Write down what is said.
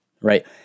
Right